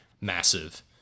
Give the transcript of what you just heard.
massive